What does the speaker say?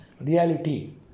reality